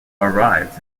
arrives